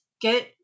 get